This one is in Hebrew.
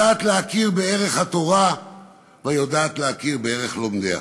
יודעת להכיר בערך התורה ויודעת להכיר בערך לומדיה.